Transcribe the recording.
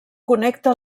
connecta